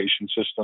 system